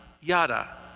yada